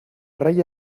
raya